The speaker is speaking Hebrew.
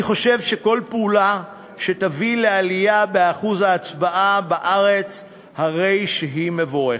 אני חושב שכל פעולה שתביא לעלייה באחוז ההצבעה בארץ היא מבורכת.